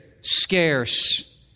scarce